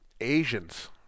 Asians